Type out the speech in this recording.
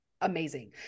amazing